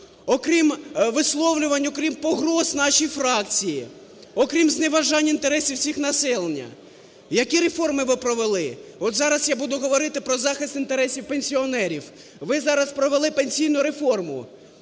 окрім висловлювань, окрім погроз нашій фракції, окрім зневажання інтересів всього населення які реформи ви провели? От зараз я буду говорити про захист інтересів пенсіонерів. Ви зараз провели пенсійну реформу.